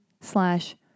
slash